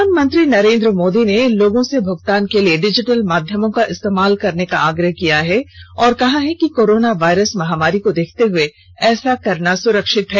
प्रधानमंत्री नरेन्द्र मोदी ने लोगों से भुगतान के लिए डिजिटल माध्यमों का इस्तेमाल करने का आग्रह किया है और कहा है कि कोरोना वायरस महामारी को देखते हुए ऐसा करना सुरक्षित है